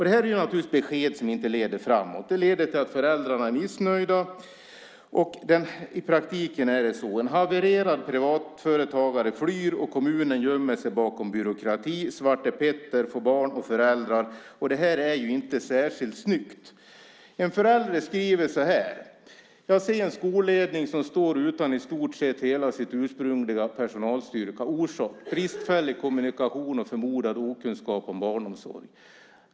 Detta är besked som inte leder framåt. Det leder till att föräldrarna är missnöjda. I praktiken är det så att en havererad privatföretagare flyr och kommunen gömmer sig bakom byråkrati. Svartepetter får barn och föräldrar. Det är inte särskilt snyggt. En förälder skriver så här: "Jag ser en skolledning som står utan i stort sett hela sin ursprungliga personalstyrka - orsak: bristfällig kommunikation och förmodad okunskap om barnomsorg."